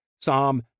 Psalm